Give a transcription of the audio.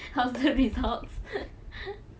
how's the result